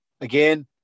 again